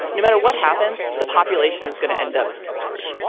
no matter what happens, the population is going to end up screwed,